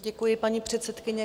Děkuji, paní předsedkyně.